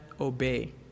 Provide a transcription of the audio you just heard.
obey